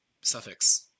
suffix